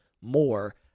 more